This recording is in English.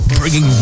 Bringing